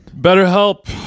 BetterHelp